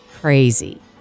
crazy